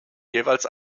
jeweils